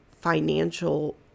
financial